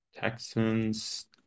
Texans